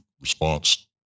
response